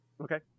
Okay